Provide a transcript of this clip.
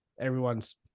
Everyone's